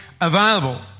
available